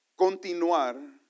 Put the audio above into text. continuar